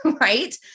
right